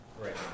right